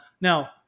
Now